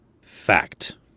fact